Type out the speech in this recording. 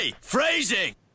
phrasing